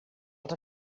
els